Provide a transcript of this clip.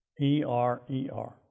E-R-E-R